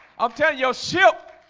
i'm telling your ship.